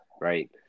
right